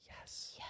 yes